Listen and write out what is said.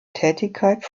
tätigkeit